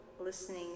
listening